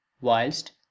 whilst